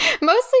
mostly